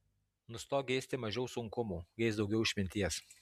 nustok geisti mažiau sunkumų geisk daugiau išminties